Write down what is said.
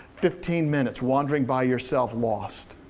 fifteen minutes, wandering by yourself lost.